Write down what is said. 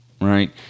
right